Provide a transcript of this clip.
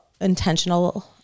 intentional